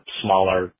smaller